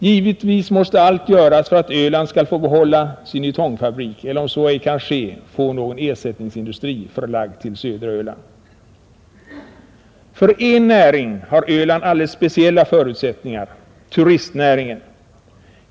Givetvis måste allt göras för att Öland skall få behålla sin Ytongfabrik eller, om så ej kan ske, få någon ersättningsindustri förlagd till södra Öland. För en näring har Öland alldeles speciella förutsättningar — turistnäringen.